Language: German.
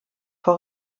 vor